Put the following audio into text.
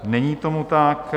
Není tomu tak.